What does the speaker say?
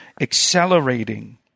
accelerating